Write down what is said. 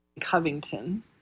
Covington